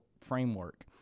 framework